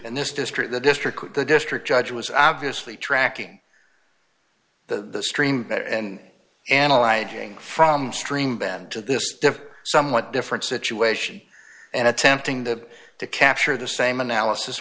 and this district the district the district judge was obviously tracking the stream there and analyze from stream bed to this differ somewhat different situation and attempting to to capture the same analysis